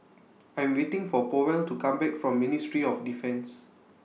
I'm waiting For Powell to Come Back from Ministry of Defence